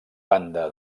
banda